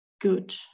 good